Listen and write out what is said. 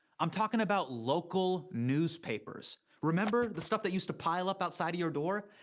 i'm talking about local newspapers. remember? the stuff that used to pile up outside of your door?